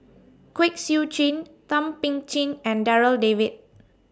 Kwek Siew Jin Thum Ping Tjin and Darryl David